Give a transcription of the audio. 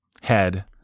head